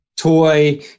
toy